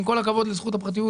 עם כל הכבוד לזכות הפרטיות,